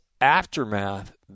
aftermath